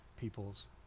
people's